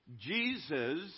Jesus